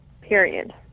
period